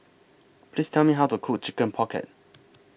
Please Tell Me How to Cook Chicken Pocket